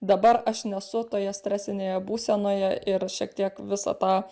dabar aš nesu toje stresinėje būsenoje ir šiek tiek visą tą